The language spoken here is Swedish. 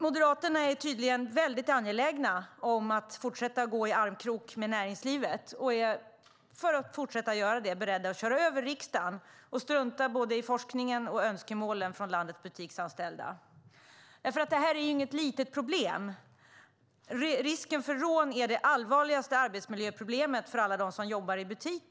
Moderaterna är tydligen väldigt angelägna om att fortsätta att gå i armkrok med näringslivet och därmed beredda att köra över riksdagen och strunta i både forskningen och önskemålen från landets butiksanställda. Det här är inget litet problem. Risken för rån är det allvarligaste arbetsmiljöproblemet för alla dem som jobbar i butik.